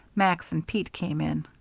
max and pete came in.